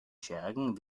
schergen